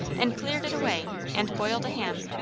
and cleared it away, and boiled a ham.